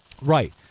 Right